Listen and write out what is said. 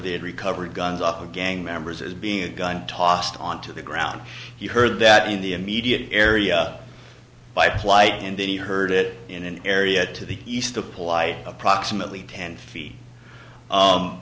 had recovered guns up gang members as being a gun tossed onto the ground you heard that in the immediate area by flight and then he heard it in an area to the east the polite approximately ten feet